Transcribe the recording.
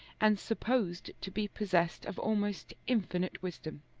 and supposed to be possessed of almost infinite wisdom.